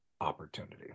opportunity